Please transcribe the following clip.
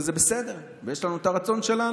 וזה בסדר, ויש לנו את הרצון שלנו,